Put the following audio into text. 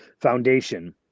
Foundation